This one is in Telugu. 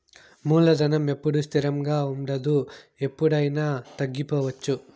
మూలధనం ఎప్పుడూ స్థిరంగా ఉండదు ఎప్పుడయినా తగ్గిపోవచ్చు